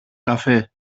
καφέ